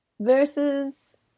versus